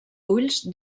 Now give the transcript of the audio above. ulls